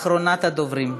אחרונת הדוברים.